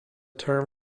term